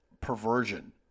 perversion